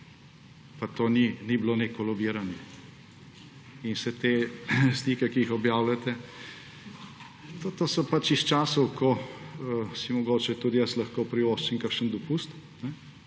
Pa to ni bilo neko lobiranje. In vse te slike, ki jih objavljate, to so iz časov, ko si mogoče tudi jaz lahko privoščim kakšen dopust,